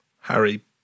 Harry